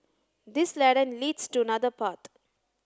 this ladder leads to another path